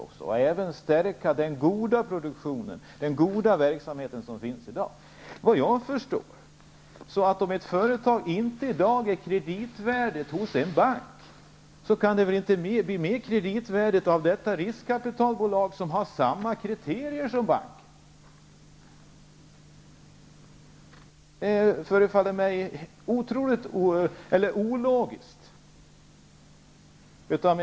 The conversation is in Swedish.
Man kunde även stärka den goda produktionen, den goda verksamhet som finns i dag. Om ett företag i dag inte är kreditvärdigt hos en bank kan det inte bli mer kreditvärdigt hos detta riskkapitalbolag, som har samma kriterier som en bank. Det förefaller mig ologiskt.